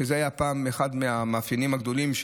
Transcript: שזה היה פעם אחד מהמאפיינים הגדולים,